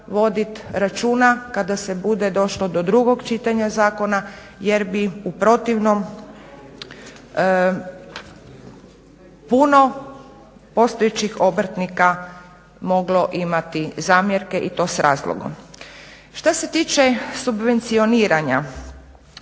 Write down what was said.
voditi računa kada se bude došlo do drugog čitanja zakona jer bi u protivnom puno postojećih obrtnika moglo imati zamjerke i to s razlogom. Što se tiče subvencioniranja,